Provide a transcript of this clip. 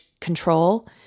control